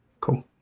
Cool